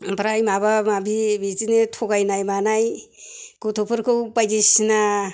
ओमफ्राय माबा माबि बिदिनो थगायनाय मानाय गथ'फोरखौ बायदिसिना